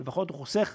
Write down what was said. לפחות הוא חוסך